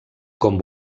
com